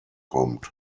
kommt